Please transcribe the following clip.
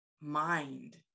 mind